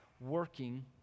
working